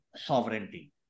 sovereignty